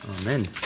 Amen